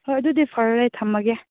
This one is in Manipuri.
ꯍꯣꯏ ꯑꯗꯨꯗꯤ ꯐꯔꯦ ꯊꯝꯃꯒꯦ